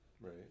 Right